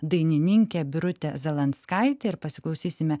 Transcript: dainininkė birutė zalanskaitė ir pasiklausysime